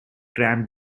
tram